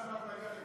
ואז נגיד לך אם,